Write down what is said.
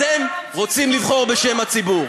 אתם רוצים לבחור בשם הציבור.